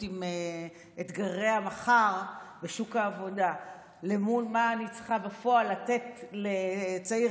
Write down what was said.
עם אתגרי המחר בשוק העבודה מול מה אני צריכה בפועל לתת לצעיר